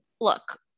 look